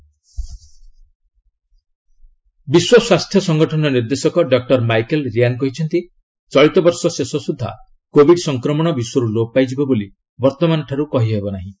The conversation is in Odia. କୋବିଡ ଡବ୍ଲୁଏଚ୍ଓ ବିଶ୍ୱ ସ୍ୱାସ୍ଥ୍ୟ ସଂଗଠନ ନିର୍ଦ୍ଦେଶକ ଡକୁର ମାଇକେଲ୍ ରିଆନ୍ କହିଛନ୍ତି ଚଳିତ ବର୍ଷ ଶେଷ ସୁଦ୍ଧା କୋବିଡ ସଂକ୍ରମଣ ବିଶ୍ୱରୁ ଲୋପ ପାଇଯିବ ବୋଲି ବର୍ତ୍ତମାନଠାରୁ କହି ହେବ ନାହିଁ